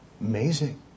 Amazing